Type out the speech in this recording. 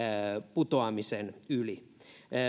putoamisen yli